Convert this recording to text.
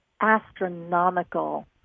astronomical